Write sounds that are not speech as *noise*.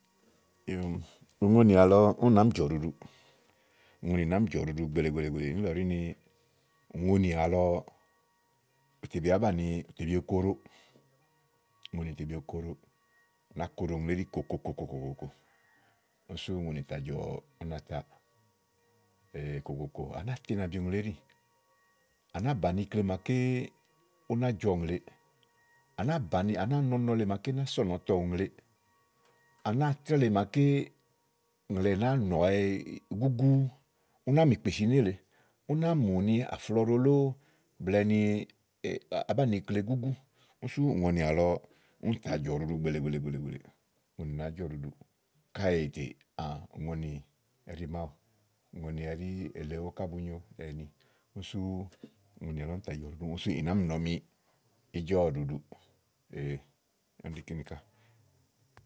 yòò úŋoni àlɔ úni nàá mi jɔ̀ ɖuɖuù. Ùŋonì nàá mi jɔ̀ ɖuɖu gbèele, gbèele, gbèeleè. Ùŋonì àlɔ ùŋoní tè bì oko ɖo ùŋoni à bì, okoɖo. Ù nàáa koɖo ùŋle éɖi kòkò kòkò. Úni sú ùŋonì tà jɔ̀ ú na ta *hesitation* kò kò òkò à nàáa to ínabi ùŋle éɖí. Á nàáa bàni ikle maaké ú nà jɔ ùŋle à nàáa bàni, à nàáa nɔ ɔnɔ le màaké ná sɔ̀nì ɔkɔ ìŋle. Á nááa trɛ́ɛ le màaké ùɲle nàáa nùaɔwɛ gúgúú, ú nàa mù ìkpèsì nélèe, ú náa mù ni à ƒlɔ ɖo lóó blɛ̀ɛ ni àá bánìi ikle gúgú, úni sú úŋoni àlɔ.